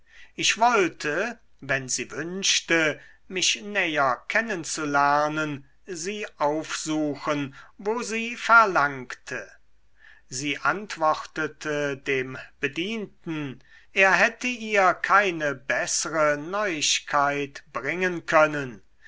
ich wollte wenn sie wünschte mich näher kennenzulernen sie aufsuchen wo sie verlangte sie antwortete dem bedienten er hätte ihr keine bessere neuigkeit bringen können